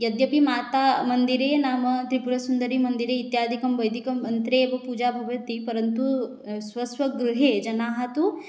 यद्यपि मातामन्दिरे नाम त्रिपुरसुन्दरीमन्दिरे इत्यादिकं वैदिकं मन्त्रे एव पूजा भवति परन्तु स्वस्व गृहे जनाः तु